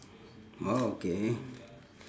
orh okay